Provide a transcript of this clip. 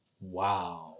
Wow